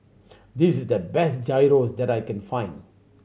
this is the best Gyros that I can find